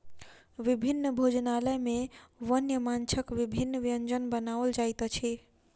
विभिन्न भोजनालय में वन्य माँछक विभिन्न व्यंजन बनाओल जाइत अछि